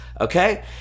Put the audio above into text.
okay